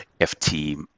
FT